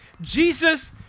Jesus